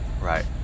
Right